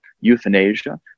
euthanasia